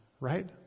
Right